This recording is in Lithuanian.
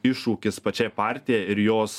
iššūkis pačiai partijai ir jos